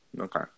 Okay